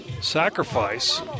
sacrifice